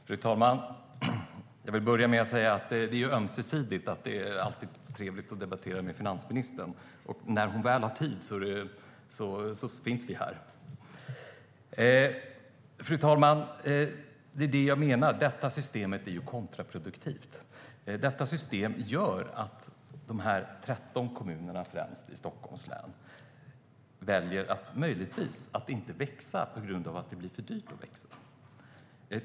Fru talman! Jag vill börja med att säga att det är trevligt att debattera med finansministern; det är alltså ömsesidigt. När hon väl har tid finns vi här. Det jag menar är att systemet är kontraproduktivt. Det gör att de 13 kommunerna, främst i Stockholms län, möjligtvis väljer att inte växa eftersom det blir för dyrt att växa.